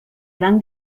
gran